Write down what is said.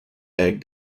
egg